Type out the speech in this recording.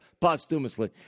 posthumously